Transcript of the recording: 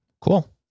Cool